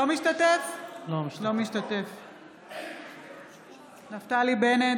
אינו משתתף בהצבעה נפתלי בנט,